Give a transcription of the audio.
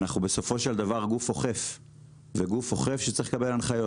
בסופו של דבר אנחנו גוף אוכף וגוף אוכף שצריך לקבל הנחיות.